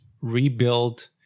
rebuild